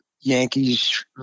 Yankees